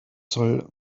soll